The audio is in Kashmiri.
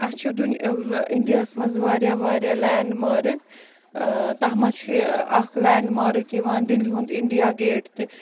اَسہِ چھِ دُن اِنٛڈِیاہَس منٛز واریاہ واریاہ لینٛڈ مارٕک تَتھ منٛز چھُ اَکھ لینٛڈ مارٕک یِوان دِلہِ ہُنٛد اِنٛڈِیا گیٹ تہِ